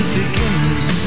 beginners